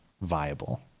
viable